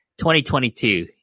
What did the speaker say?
2022